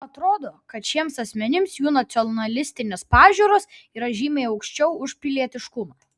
atrodo kad šiems asmenims jų nacionalistinės pažiūros yra žymiai aukščiau už pilietiškumą